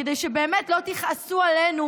כדי שבאמת לא תכעסו עלינו,